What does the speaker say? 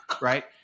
right